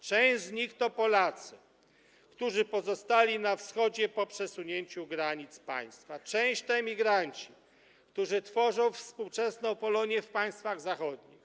Część z nich to Polacy, którzy pozostali na Wschodzie po przesunięciu granic państwa, część to emigranci, którzy tworzą współczesną Polonię w państwach zachodnich.